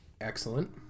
Excellent